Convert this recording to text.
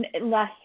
less